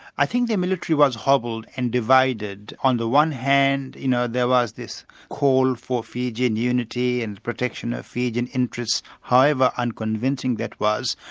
i think the military was hobbled and divided. on the one hand, you know, there was this call for fijian unity and protection of fijian interests, however however unconvincing that was,